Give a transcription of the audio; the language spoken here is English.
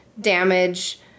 damage